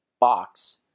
box